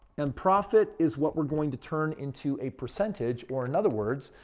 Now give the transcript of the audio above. and profit is what we're going to turn into a percentage or in other words,